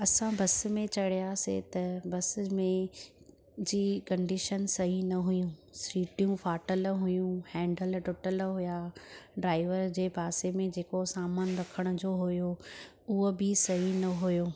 असां बस में चड़ियासीं त बस में जी कंडीशन सही न हुयूं सीटियूं फाटल हुयूं हैंडल टुटल हुया ड्राइवर जे पासे में जेको समान रखण जो हुयो उहो बि सही न हुयो